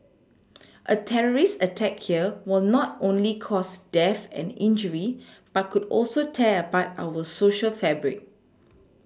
a terrorist attack here will not only cause death and injury but could also tear apart our Social fabric